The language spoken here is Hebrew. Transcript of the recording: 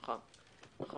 נכון.